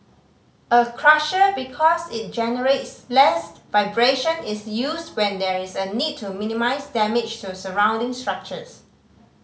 a crusher because it generates less vibration is used when there is a need to minimise damage to surrounding structures